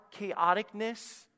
chaoticness